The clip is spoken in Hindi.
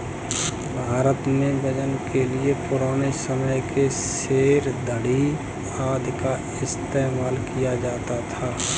भारत में वजन के लिए पुराने समय के सेर, धडी़ आदि का इस्तेमाल किया जाता था